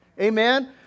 Amen